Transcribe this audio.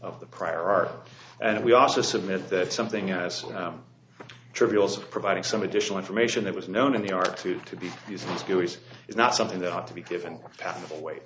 of the prior art and we also submit that something as trivial as providing some additional information that was known in the dark to to be using these buoys is not something that ought to be given away